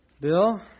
Bill